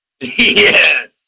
Yes